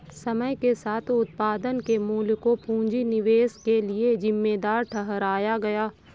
समय के साथ उत्पादन के मूल्य को पूंजी निवेश के लिए जिम्मेदार ठहराया गया